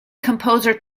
composer